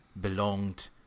belonged